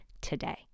today